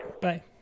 Bye